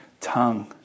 tongue